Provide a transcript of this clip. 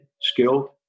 skilled